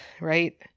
Right